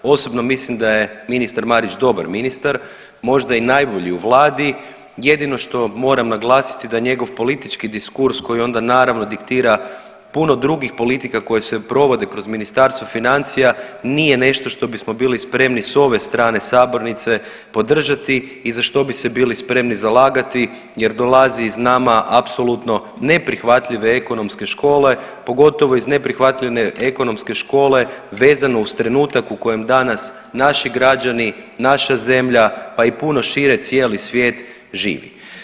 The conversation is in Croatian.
Osobno mislim da je ministar Marić dobar ministar, možda i najbolji u Vladi, jedino što moram naglasiti da njegov politički diskurs koji onda, naravno, diktira puno drugih politika koje se provode kroz Ministarstvo financija nije nešto što bismo bili spremni s ove strane sabornice podržati i za što bi se bili spremni zalagati jer dolazi iz nama apsolutno neprihvatljive ekonomske škole, pogotovo iz neprihvatljive ekonomske škole vezano uz trenutak u kojem danas naši građani, naša zemlja, pa i puno šire, cijeli svijet, živi.